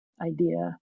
idea